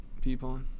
people